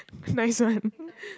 nice one